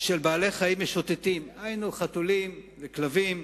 של בעלי-חיים משוטטים, היינו חתולים וכלבים.